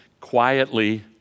quietly